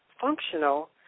functional